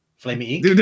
Flaming